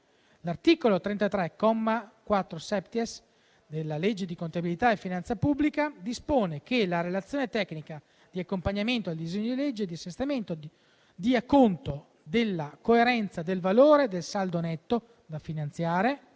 L'articolo 33, comma 4-*septies*, della legge di contabilità e finanza pubblica dispone che la relazione tecnica di accompagnamento al disegno di legge di assestamento dia conto della coerenza del valore del saldo netto da finanziare